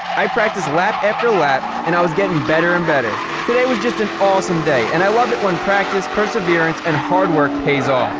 i practiced lap after lap and i was getting better and better. today was just an awesome day and i love it when practice, perseverance and hard work pays off.